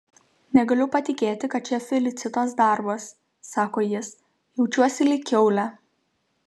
negaliu patikėti kad čia felicitos darbas sako jis jaučiuosi lyg kiaulė